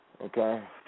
Okay